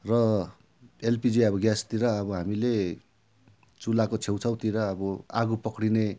र एलपिजी अब ग्यासतिर अब हामीले चुलाको छेउछाउतिर अब आगो पक्रिने